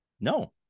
No